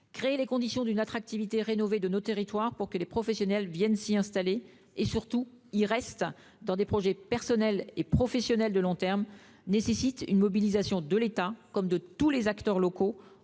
Créer les conditions d'une attractivité rénovée de nos territoires, pour que les professionnels viennent s'y installer, et surtout, y restent pour mener des projets personnels et professionnels de long terme, nécessite une mobilisation de l'État, comme de tous les acteurs locaux,